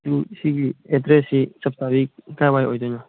two ꯁꯤꯒꯤ ꯑꯦꯗ꯭ꯔꯦꯁꯁꯤ ꯆꯞ ꯆꯥꯕꯤ ꯀꯥꯏꯋꯥꯏ ꯑꯣꯏꯗꯣꯏꯅꯣ